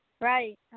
Right